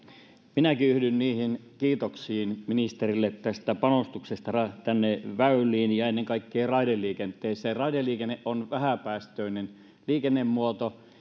minäkin yhdyn kiitoksiin ministerille tästä panostuksesta väyliin ja ennen kaikkea raideliikenteeseen raideliikenne on vähäpäästöinen liikennemuoto